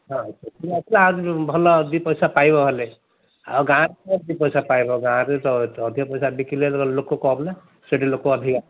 ହଁ ଏଠିକି ଆସିଲେ ଭଲ ଦୁଇ ପଇସା ପାଇବ ହେଲେ ଆଉ ଗାଁରେ ଦୁଇ ପଇସା ପାଇବ ଗାଁ ରେ ତ ଅଧିକ ପଇସା ବିକିଲେ ଲୋକ କମ୍ ନା ଏଠି ଲୋକ ଅଧିକା